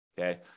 okay